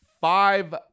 five